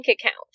account